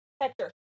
Hector